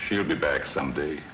she'll be back some day